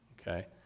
okay